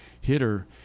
hitter